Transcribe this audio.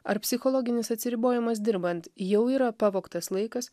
ar psichologinis atsiribojimas dirbant jau yra pavogtas laikas